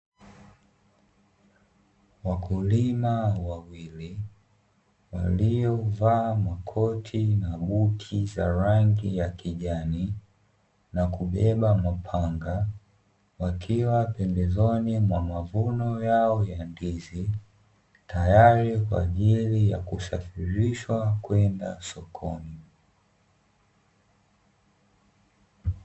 Wakulima wawili waliovaa makoti na buti za rangi ya kijani, na kubeba mapanga wakiwa pembezoni mwa mavuno yao ya ndizi, tayari kwa ajili ya kusafirishwa kwenda sokoni.